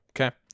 okay